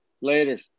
Later